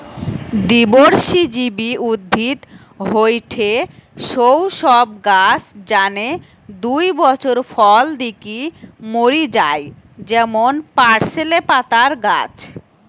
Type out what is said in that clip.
দ্বিবর্ষজীবী উদ্ভিদ হয়ঠে সৌ সব গাছ যানে দুই বছর ফল দিকি মরি যায় যেমন পার্সলে পাতার গাছ